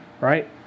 Right